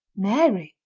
mary!